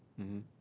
mmhmm